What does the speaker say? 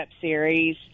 Series